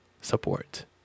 support